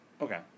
Okay